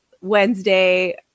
Wednesday